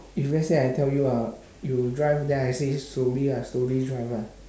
if let's say I tell you uh you drive then I say slowly ah slowly drive ah